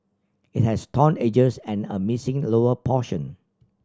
it has torn edges and a missing lower portion